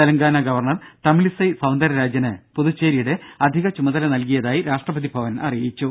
Telangana governor Tamilisai Soundararajan പുതുച്ചേരിയുടെ അധിക ചുമതല നൽകിയതായി രാഷ്ട്രപതി ഭവൻ അറിയിച്ചു